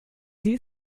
sie